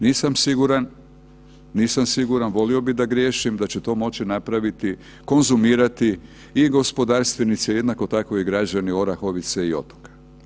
Nisam siguran, nisam siguran, volio bih da griješim, da će to moći napraviti, konzumirati i gospodarstvenici, ali jednako tako i građani Orahovice i Otoka.